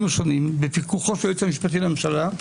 השונים בפיקוחו של היועץ המשפטי לממשלה,